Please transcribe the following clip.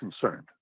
concerned